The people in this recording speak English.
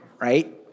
right